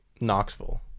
knoxville